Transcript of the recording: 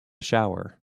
shower